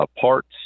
parts